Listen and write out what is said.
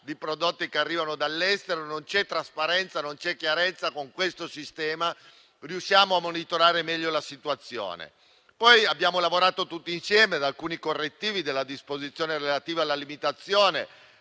di prodotti che arrivano dall'estero. Non c'è trasparenza, non c'è chiarezza e con questo sistema riusciamo a monitorare meglio la situazione. Abbiamo lavorato poi tutti insieme ad alcuni correttivi della disposizione relativa alla limitazione